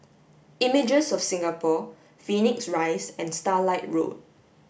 Images of Singapore Phoenix Rise and Starlight Road